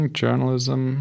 journalism